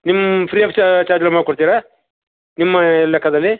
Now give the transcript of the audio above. ನಿಮ್ಮ free of charge ಚಾರ್ಜಲ್ಲಿ ಮಾಡಿ ಕೊಡ್ತಿರಾ ನಿಮ್ಮ ಲೆಕ್ಕದಲ್ಲಿ